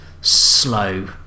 slow